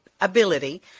ability